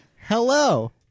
Hello